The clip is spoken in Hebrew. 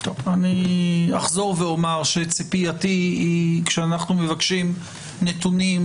אני אחזור ואומר שציפייתי היא שכשאנחנו מבקשים נתונים,